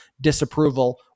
disapproval